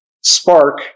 spark